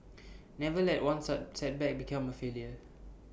never let one setback become A failure